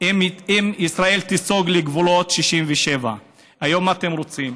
אם ישראל תיסוג לגבולות 67'. היום, מה אתם רוצים?